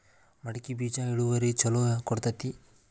ಮಡಕಿ ಬೇಜ ಇಳುವರಿ ಛಲೋ ಕೊಡ್ತೆತಿ?